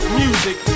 music